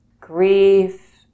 grief